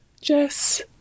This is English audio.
Jess